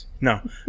no